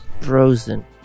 frozen